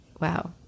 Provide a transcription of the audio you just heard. wow